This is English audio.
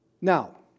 Now